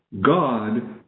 God